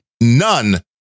None